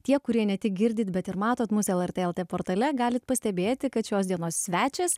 tie kurie ne tik girdite bet ir matote mūsų lrt portale galite pastebėti kad šios dienos svečias